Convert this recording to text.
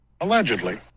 Allegedly